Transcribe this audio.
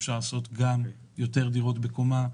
שיהיה אפשר לבנות יותר דירות בקומה,